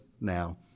now